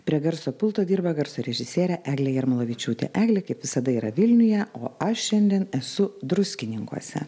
prie garso pulto dirba garso režisierė eglė jarmolavičiūtė eglė kaip visada yra vilniuje o aš šiandien esu druskininkuose